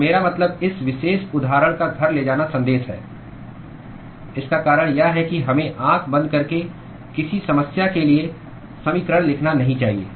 तो मेरा मतलब इस विशेष उदाहरण का घर ले जाना संदेश है इसका कारण यह है कि हमें आँख बंद करके किसी समस्या के लिए समीकरण लिखना नहीं चाहिए